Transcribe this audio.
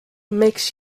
makes